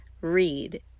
read